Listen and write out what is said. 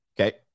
Okay